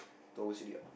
told us already what